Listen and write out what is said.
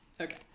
Okay